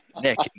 nick